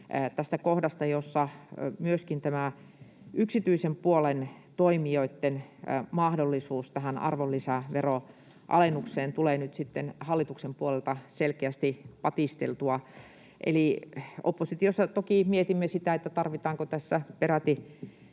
tästä kohdasta, jossa myöskin tämä yksityisen puolen toimijoitten mahdollisuus tähän arvonlisäveroalennukseen tulee nyt sitten hallituksen puolelta selkeästi patisteltua. Oppositiossa toki mietimme sitä, tarvitaanko tämän